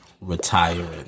Retiring